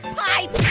pipe.